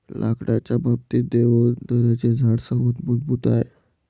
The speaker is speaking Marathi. लाकडाच्या बाबतीत, देवदाराचे झाड सर्वात मजबूत आहे